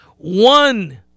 One